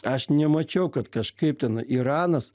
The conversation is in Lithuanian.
aš nemačiau kad kažkaip ten iranas